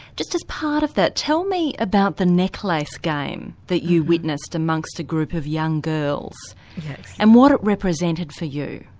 just as part of that, tell me about the necklace game that you witnessed amongst a group of young girls and what it represented for you.